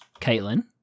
Caitlin